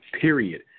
period